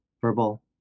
verbal